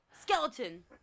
skeleton